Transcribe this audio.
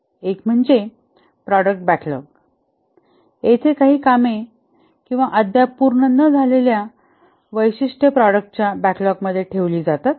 एक म्हणजे product backlog येथे काही कामे किंवा अद्याप पूर्ण न झालेल्या वैशिष्ट्ये प्रॉडक्टाच्या बॅकलॉगमध्ये ठेवली जातात